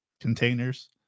containers